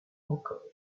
encore